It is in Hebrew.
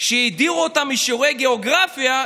שהדירו אותם משיעורי גיאוגרפיה,